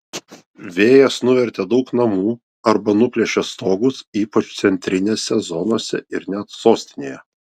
vėjas nuvertė daug namų arba nuplėšė stogus ypač centinėse zonose ir net sostinėje